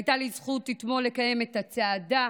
הייתה לי זכות אתמול לקיים את הצעדה